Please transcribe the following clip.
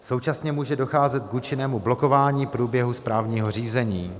Současně může docházet k účinnému blokování průběhu správního řízení.